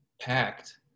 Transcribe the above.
packed